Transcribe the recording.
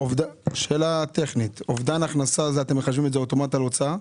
שאלה טכנית: אתם מחשבים אובדן הכנסה אוטומטית על הוצאה?